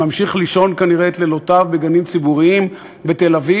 שממשיך לישון כנראה את לילותיו בגנים ציבוריים בתל-אביב,